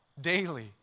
daily